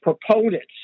proponents